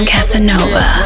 Casanova